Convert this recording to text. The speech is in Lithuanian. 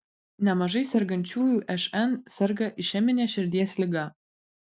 nemažai sergančiųjų šn serga išemine širdies liga